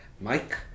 Mike